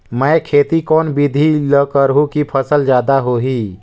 मै खेती कोन बिधी ल करहु कि फसल जादा होही